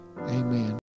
Amen